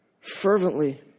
Fervently